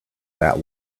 that